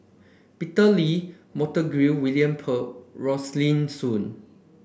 Peter Lee Montague William Pett Rosaline Soon